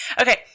Okay